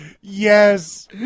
Yes